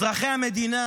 אזרחי המדינה